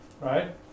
right